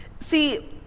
See